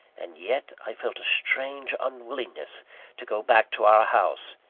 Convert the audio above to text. and yet, i felt a strange unwillingness to go back to our house,